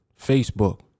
Facebook